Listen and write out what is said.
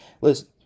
listen